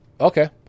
Okay